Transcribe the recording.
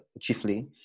chiefly